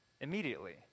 immediately